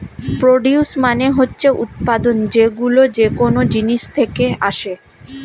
produce মানে হচ্ছে উৎপাদন, যেইগুলো যেকোন জিনিস থেকে আসে